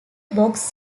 box